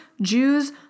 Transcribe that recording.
Jews